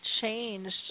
changed